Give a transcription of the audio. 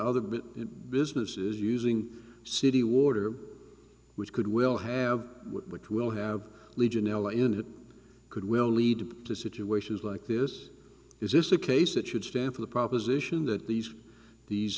big businesses using city water which could well have which will have legionella in it could will lead to situations like this is this a case that should stand for the proposition that these these